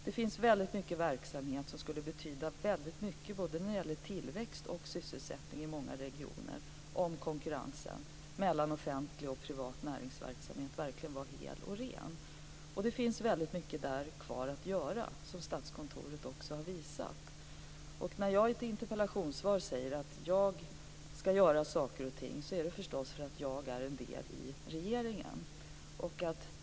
Det finns mycket verksamhet som skulle betyda väldigt mycket både för tillväxt och sysselsättning i många regioner om konkurrensen mellan offentlig och privat näringsverksamhet verkligen var hel och ren. Där finns det väldigt mycket kvar att göra, och det har Statskontoret också visat. När jag i ett interpellationssvar säger att jag ska göra saker och ting, är det förstås för att jag är en del av regeringen.